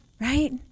right